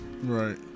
Right